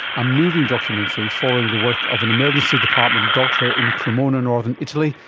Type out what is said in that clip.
a moving documentary following the work of an emergency department doctor in cremona, northern italy,